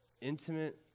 intimate